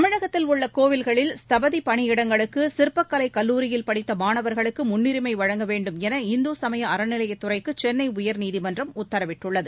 தமிழகத்தில் உள்ள கோயில்களில் ஸ்தபதி பணியிடங்களுக்கு சிற்பக்கலைக் கல்லூரியில் படித்த மாணவர்களுக்கு முன்னுரிமை வழங்க வேண்டும் என இந்து சமய அறநிலையத்துறைக்கு சென்னை உயர்நீதிமன்றம் உத்தரவிட்டுள்ளது